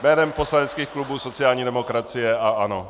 Jménem poslaneckých klubů sociální demokracie a ANO.